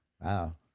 Wow